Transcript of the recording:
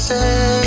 Say